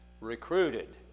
recruited